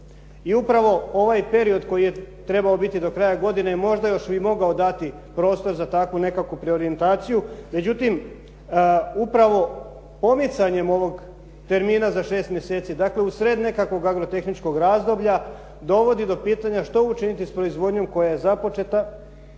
I upravo ovaj period koji je trebao biti do kraja godine možda je još i mogao dati prostor za takvu nekakvu preorijentaciju, međutim upravo pomicanjem ovog termina za šest mjeseci, dakle usred nekakvog agrotehničkog razdoblja dovodi do pitanja što učiniti sa proizvodnjom koja je započeta.